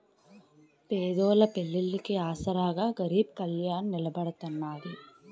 పేదోళ్ళ పెళ్లిళ్లికి ఆసరాగా గరీబ్ కళ్యాణ్ నిలబడతాన్నది